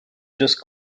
just